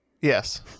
Yes